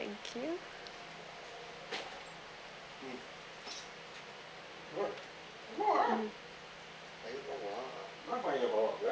thank you